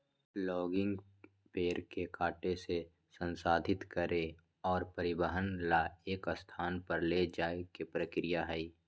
logging पेड़ के काटे से, संसाधित करे और परिवहन ला एक स्थान पर ले जाये के प्रक्रिया हई